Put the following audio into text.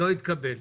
לא התקבל.